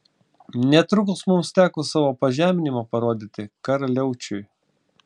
netrukus mums teko savo pažeminimą parodyti karaliaučiui